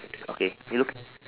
okay you look